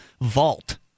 vault